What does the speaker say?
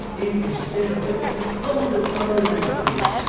if, instead of every pound of iron in the place,